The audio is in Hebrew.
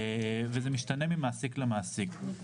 זה משתנה ממעסיק למעסיק.